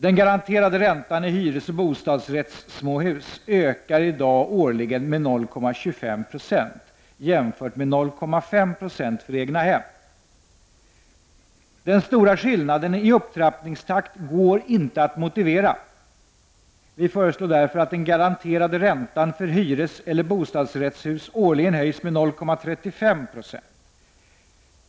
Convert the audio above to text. Den garanterade räntan i hyresoch bostadsrättssmåhus ökar i dag årligen med 0,25 26 jämfört med 0,5 26 för egnahem. Den stora skillnaden i upptrappningstakt går inte att motivera. Vi föreslår därför att den garanterade räntan för hyreseller bostadsrättshus årligen höjs med 0,35 26.